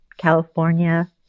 California